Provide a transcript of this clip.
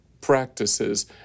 practices